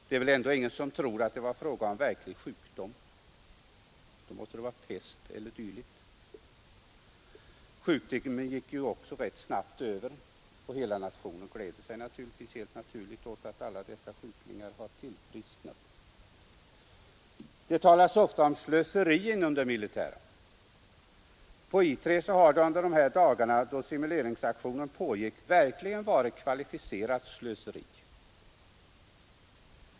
Det är väl ändå ingen som tror att det var fråga om verklig sjukdom. Då måste det vara pest eller dylikt. Sjukligheten gick ju också rätt snabbt över, och hela nationen gläder sig helt naturligt åt att alla dessa ”sjuklingar” har tillfrisknat. Det tala dagarna då simuleringsaktionen pågick verkligen varit kvalificerat slöseri.